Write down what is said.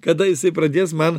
kada jisai pradės man